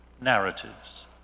narratives